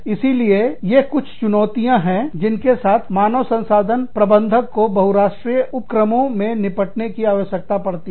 इसीलिए ये कुछ चुनौतियां है जिनके साथ मानव संसाधन प्रबंधक को बहुराष्ट्रीय उपक्रमों में निपटने की आवश्यकता पड़ती है